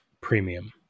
premium